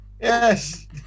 Yes